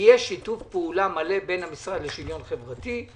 יהיה שיתוף פעולה מלא בין המשרד לשוויון חברתי,